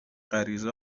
غریزه